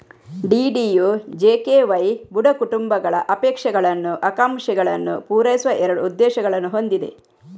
DDUJKY ಬಡ ಕುಟುಂಬಗಳ ಅಪೇಕ್ಷಗಳನ್ನು, ಆಕಾಂಕ್ಷೆಗಳನ್ನು ಪೂರೈಸುವ ಎರಡು ಉದ್ದೇಶಗಳನ್ನು ಹೊಂದಿದೆ